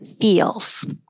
feels